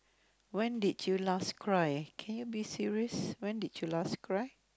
when did you last cry can you be serious when did you last cry